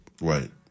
Right